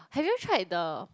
have you tried the